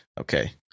Okay